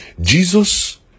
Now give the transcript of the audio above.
Jesus